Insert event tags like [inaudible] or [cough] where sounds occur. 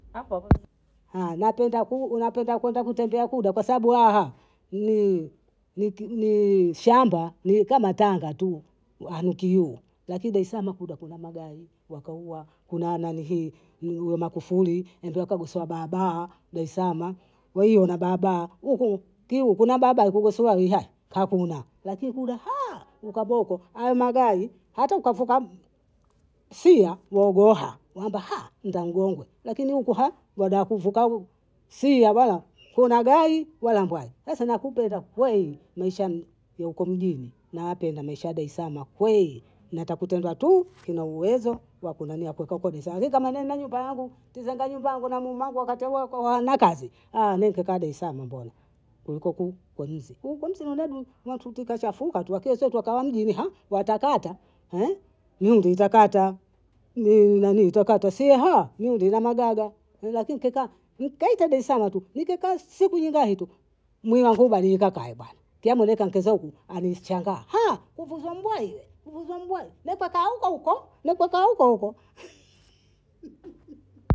[noise] haya napenda kwenda kutembea kuda kwa sababu ni kwaha ni ni shamba ni kama Tanga tu hanu kiuu lakini Daslama kuda kuna magahi wakau kuna nanihii u wa Makufuli u kagosoa baabaa Deslama kwa hiyo kuna baabaa kiuu kuna baabaa yakugosoao ihae? Hakuna, lakini kuda [hesitation] ukaboko magahi hata ukavuka sia uogoa kwamba [hesitation] uongongwa lakini huku [hesitation] wada kuvuka siawaya kuna gai wala mbwai sasa nakupenda kwei maisha ya huko mjini nayapenda maisha ya huko Daslama kwei, natakutengwa tu tinauwezo wa kunani kuikala huko lakini kama nina nyumba yangu tizenga nyumba yangu na mume wangu wakati huo tewana kazi, [hesitation] nikekaa Daslam mbona kuliko kun kwe mzi, nkukwemzi nudatu nkachafuka lakini sie twakabha mjini [hesitation] watakata [hesitation] mwili nani hutakata sie [hesitation] mwili una magaga lakini nkaita Daslama tu, nkekaa siku ningae, mwili wangu hubadilika kae bwana nkayemwenekazouku anichangaa [hesitation] uvuzwa mbwaile uvuza mbwai mwekakaa ukouko, mwekakaa ukouko. [laughs]